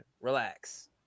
relax